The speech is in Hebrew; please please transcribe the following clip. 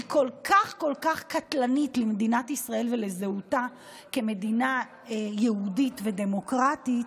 היא כל כך כל כך קטלנית למדינת ישראל ולזהותה כמדינה יהודית ודמוקרטית